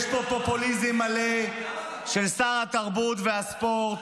יש פה פופוליזם מלא של שר התרבות והספורט,